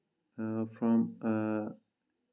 form in